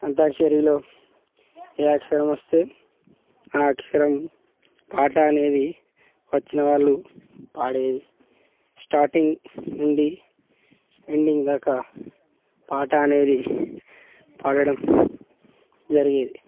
అంత్యాక్షరిలో ఏ అక్షరం వస్తే ఆ అక్షరం పాట అనేది వచ్చిన వాళ్ళు పాడేది స్టార్టింగ్ నుండి ఎండింగ్ దాక పాట అనేది పాడడం జరిగేది